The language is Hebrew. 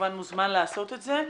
כמובן מוזמן לעשות את זה,